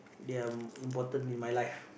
they are important in my life